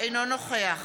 אינו נוכח